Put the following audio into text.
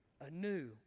anew